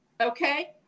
okay